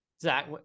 Zach